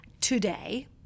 today